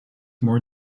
more